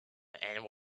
and